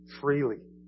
Freely